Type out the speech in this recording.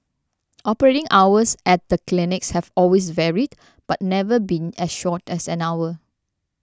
operating hours at the clinics have always varied but never been as short as an hour